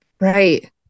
Right